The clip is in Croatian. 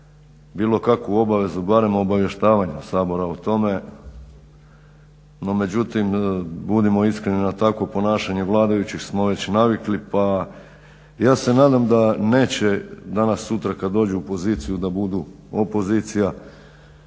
bilo kakvu obavezu barem obavještavanja Sabora o tome. No međutim, budimo iskreni na takvo ponašanje vladajućih smo već navikli, pa ja se nadam da neće danas sutra kad dođu u poziciju da budu opozicija,